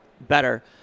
better